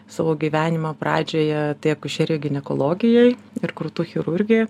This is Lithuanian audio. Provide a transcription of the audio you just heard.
savo gyvenimo pradžioje tai akušerijoj ginekologijoj ir krūtų chirurgė